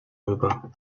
rüber